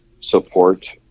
support